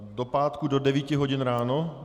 Do pátku do 9 hodin ráno.